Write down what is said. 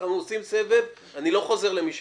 אנחנו עושים סבב, אני לא חוזר למי שדיבר.